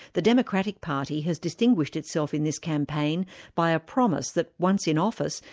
the democratic party has distinguished itself in this campaign by a promise that once in office,